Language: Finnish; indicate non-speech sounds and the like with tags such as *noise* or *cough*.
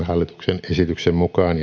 *unintelligible* hallituksen esityksen mukaan *unintelligible*